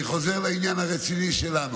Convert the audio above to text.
אני חוזר לעניין הרציני שלנו.